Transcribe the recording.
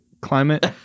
climate